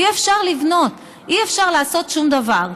אי-אפשר לבנות, אי-אפשר לעשות שום דבר.